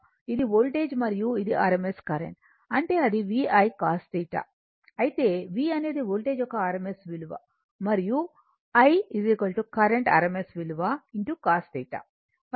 ఇది వోల్టేజ్ మరియు ఇది rms కరెంట్ అంటే ఇది VI cos θ అయితే V అనేది వోల్టేజ్ యొక్క rms విలువ మరియు I కరెంట్ rms విలువ cos θ